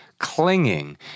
clinging